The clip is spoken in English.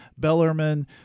Bellerman